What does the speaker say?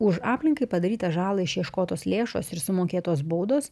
už aplinkai padarytą žalą išieškotos lėšos ir sumokėtos baudos